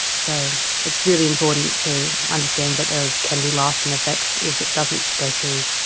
so it's really important to understand that there can be lasting effects if it doesn't go through.